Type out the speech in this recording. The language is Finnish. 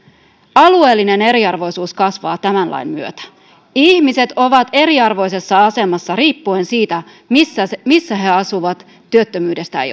alueellinen eriarvoisuus kasvaa tämän lain myötä ihmiset ovat eriarvoisessa asemassa riippuen siitä missä he asuvat työttömyydestään